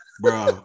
bro